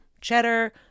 cheddar